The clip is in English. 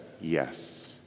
yes